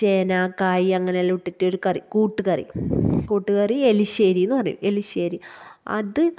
ചേന കായ് അങ്ങനെയെല്ലാം വിട്ടിട്ട് ഒരു കറി കൂട്ട്കറി കൂട്ട്കറി എലിശ്ശേരി എന്ന് പറയും എലിശ്ശേരി അത്